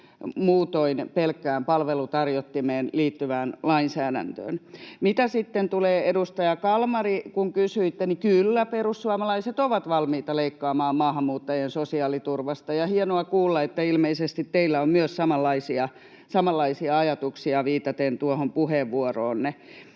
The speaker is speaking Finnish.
muutoin pelkkään palvelutarjottimeen liittyvään lainsäädäntöön. Mitä sitten tulee, edustaja Kalmari, kysymykseenne, niin kyllä perussuomalaiset ovat valmiita leikkaamaan maahanmuuttajien sosiaaliturvasta, ja viitaten tuohon puheenvuoroonne on hienoa kuulla, että ilmeisesti teillä on myös samanlaisia ajatuksia. Ja sitten lopuksi,